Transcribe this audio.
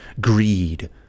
greed